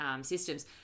systems